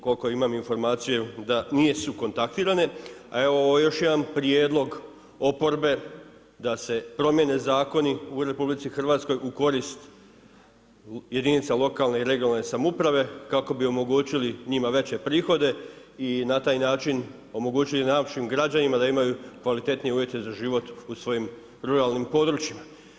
Koliko imam informaciju da nisu kontaktirane, a evo ovo je još jedan prijedlog oporbe da se promijene zakoni u RH u korist jedinica lokalne i regionalne samouprave kako bi omogućili njima veće prihode i na taj način omogućili našim građanima da imaju kvalitetnije uvjete za život u svojim ruralnim područjima.